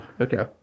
okay